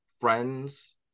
friends